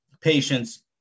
patients